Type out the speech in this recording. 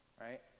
right